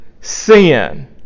sin